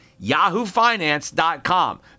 yahoofinance.com